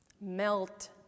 Melt